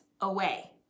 away